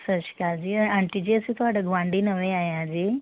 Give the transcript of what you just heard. ਸਤਿ ਸ਼੍ਰੀ ਅਕਾਲ ਜੀ ਆਂਟੀ ਜੀ ਅਸੀਂ ਤੁਹਾਡੇ ਗੁਆਂਢੀ ਨਵੇਂ ਆਏ ਹਾਂ ਜੀ